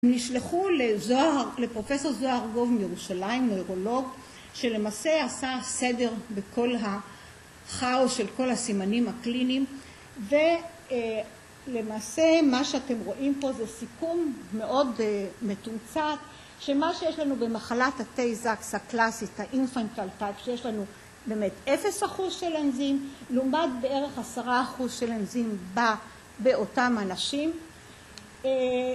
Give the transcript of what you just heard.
‫הם נשלחו לפרופסור זוהר גוב ‫מירושלים, נוירולוג, ‫שלמעשה עשה סדר בכל הכאוס ‫של כל הסימנים הקליניים, ‫ולמעשה מה שאתם רואים פה ‫זה סיכום מאוד מתומצת ‫שמה שיש לנו במחלת הטייזקס הקלאסית, ‫האינפנטלט טייפ, ‫שיש לנו באמת אפס אחוז של אנזים, ‫לעומת בערך עשרה אחוז של אנזים ‫באותם אנשים, ‫אההה.